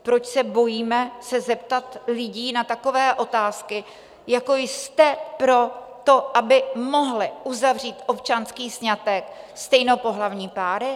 Proč se bojíme se zeptat lidí na takové otázky jako: Jste pro to, aby mohli uzavřít občanský sňatek stejnopohlavní páry?